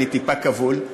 אני טיפה כבול,